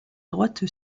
droite